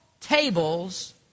tables